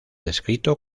descrito